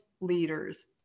leaders